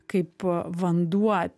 kaip vanduo